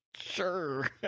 Sure